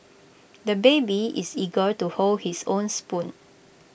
the baby is eager to hold his own spoon